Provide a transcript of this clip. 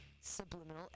Subliminal